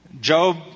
Job